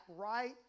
right